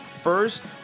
First